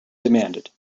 demanded